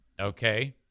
Okay